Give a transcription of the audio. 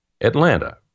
Atlanta